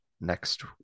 next